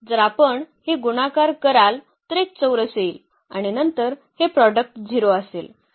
जर आपण हे गुणाकार कराल तर एक चौरस येईल आणि नंतर हे प्रॉडक्ट 0 असेल